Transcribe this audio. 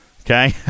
Okay